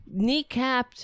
kneecapped